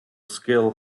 skill